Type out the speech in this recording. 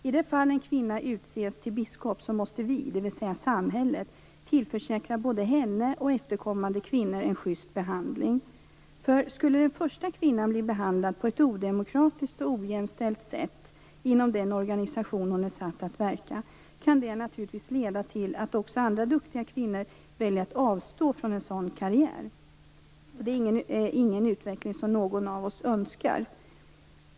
I det fall en kvinna utses till biskop, dvs. samhället, tillförsäkra både henne och efterkommande kvinnor en just behandling. Skulle den första kvinnan bli behandlad på ett odemokratiskt och ojämställt sätt inom den organisation som hon är satt att verka i kan det naturligtvis leda till att också andra duktiga kvinnor väljer att avstå från en sådan karriär. Det är inte en utveckling som någon av oss önskar.